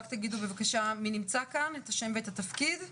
רק תגידו בבקשה מי נמצא כאן, את השם ואת התפקיד,